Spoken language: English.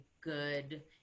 good